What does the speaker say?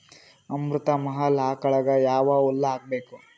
ಅಮೃತ ಮಹಲ್ ಆಕಳಗ ಯಾವ ಹುಲ್ಲು ಹಾಕಬೇಕು?